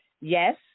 Yes